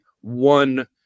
one